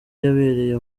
yabereye